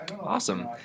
Awesome